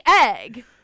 egg